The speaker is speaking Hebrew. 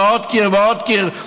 ועוד קיר ועוד קיר,